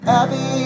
Happy